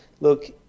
look